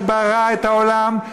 שברא את העולם,